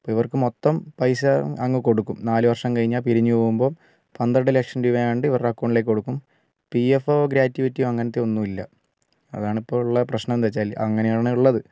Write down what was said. അപ്പം ഇവര്ക്ക് മൊത്തം പൈസ അങ്ങു കൊടുക്കും നാലു വര്ഷം കഴിഞ്ഞാൽ പിരിഞ്ഞു പോവുമ്പം പന്ത്രണ്ട് ലക്ഷം രൂപ എങ്ങാണ്ട് ഇവരുടെ എക്കൗണ്ടിലേക്ക് കൊടുക്കും പി എഫ് ഒ ഗ്രാറ്റിവിറ്റിയോ അങ്ങനത്തെ ഒന്നുമില്ല അതാണിപ്പോൾ ഉള്ള പ്രശ്നം എന്നുവച്ചാൽ അങ്ങനെയാണുള്ളത്